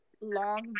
long